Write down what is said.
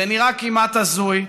זה נראה כמעט הזוי,